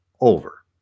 over